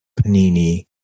panini